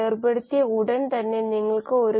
ഇവ രണ്ടും r 3 ഉം r 4 ഉം ആണെന്ന് അറിയാം